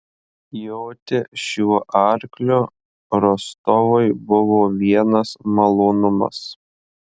joti šiuo arkliu rostovui buvo vienas malonumas